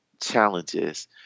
challenges